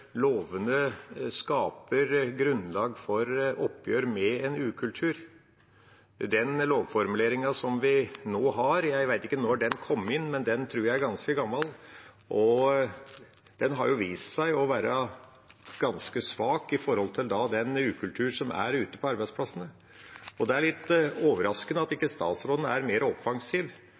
lovene skaper grunnlag for oppgjør med en ukultur. Den lovformuleringen som vi nå har, vet jeg ikke når kom inn, men jeg tror den er ganske gammel. Den har vist seg å være ganske svak i møte med den ukulturen som finnes ute på arbeidsplassene. Det er litt overraskende at statsråden ikke er mer offensiv